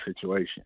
situation